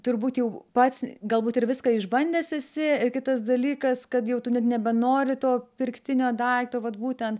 turbūt jau pats galbūt ir viską išbandęs esi ir kitas dalykas kad jau tu net nebenori to pirktinio daikto vat būtent